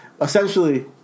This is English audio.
essentially